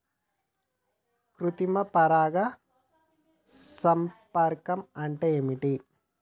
కృత్రిమ పరాగ సంపర్కం అంటే ఏంది?